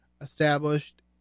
established